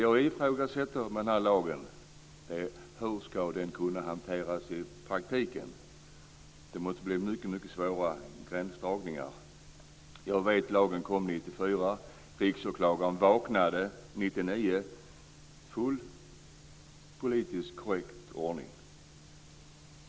Jag ifrågasätter hur lagen ska kunna hanteras i praktiken. Det måste bli mycket svåra gränsdragningar. Jag vet att lagen kom 1994. Riksåklagaren vaknade 1999 i fullt politiskt korrekt ordning.